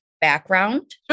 Background